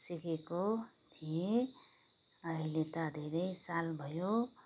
सिकेको थिएँ अहिले त धेरै साल भयो